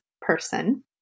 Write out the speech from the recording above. person